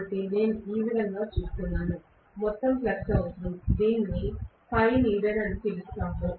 కాబట్టి నేను ఈ విధంగా చూస్తున్నాను మొత్తం ఫ్లక్స్ అవసరం నేను దీనిని Φneeded అని పిలుస్తాను